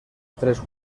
tres